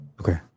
Okay